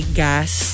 gas